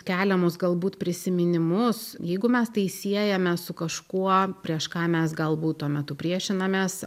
keliamus galbūt prisiminimus jeigu mes tai siejame su kažkuo prieš ką mes galbūt tuo metu priešinamės